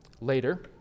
later